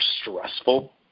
stressful